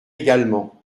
également